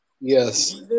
Yes